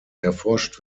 erforscht